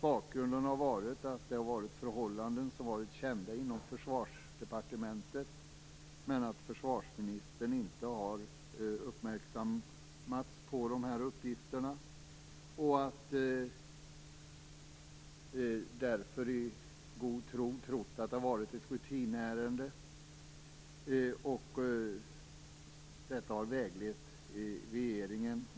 Bakgrunden är att det har varit förhållanden som har varit kända inom Försvarsdepartementet, men som försvarsministern inte har uppmärksammats på och därför i god tro har trott att det har varit fråga om ett rutinärende. Detta har väglett regeringen.